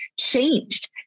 changed